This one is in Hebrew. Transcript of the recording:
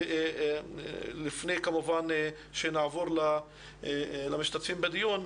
ולפני שנעבור למשתתפים בדיון,